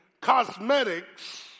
cosmetics